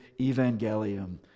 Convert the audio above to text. Evangelium